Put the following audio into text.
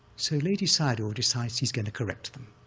so ledi sayadaw decides he's gonna correct them,